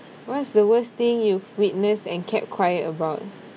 what's the worst thing you've witnessed and kept quiet about